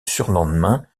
surlendemain